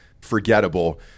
forgettable